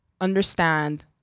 understand